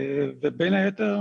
ובין היתר,